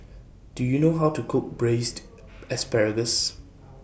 Do YOU know How to Cook Braised Asparagus